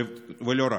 ולא רק.